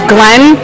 Glenn